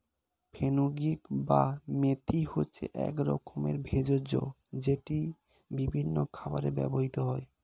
fenugreek বা মেথি হচ্ছে এক রকমের ভেষজ যেটি বিভিন্ন খাবারে ব্যবহৃত হয়